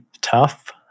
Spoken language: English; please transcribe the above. tough